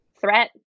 Threat